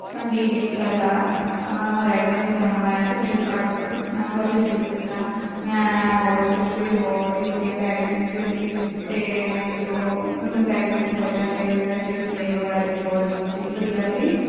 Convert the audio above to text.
ਮੈਂ ਵੀਹ ਦਿਨ ਪਹਿਲਾਂ ਰੈਡਮੀ ਦਾ ਫ਼ੋਨ ਮੰਗਵਾਇਆ ਸੀ ਫਲਿੱਪਕਾਰਡ ਤੋਂ ਮੈਂ ਉਹ ਕੱਲ੍ਹ ਰਸੀਵ ਕੀਤਾ ਮੈਂ ਬਹੁਤ ਖੁਸ਼ ਹੋਈ ਬਹੁਤ ਹੀ ਵਧੀਆ ਪੈਕਜਿੰਗ ਸੀ ਉਹਦੀ ਅਤੇ ਮੈਂ ਜਦੋਂ ਮਤਲਬ ਪੈਕਜਿੰਗ ਨੂੰ ਖੋਲ੍ਹਿਆ ਅਤੇ ਉਸ ਦਾ ਡਿਸਪਲੇਅ ਵਗੈਰਾ ਬਹੁਤ ਵਧੀ ਵਧੀਆ ਸੀ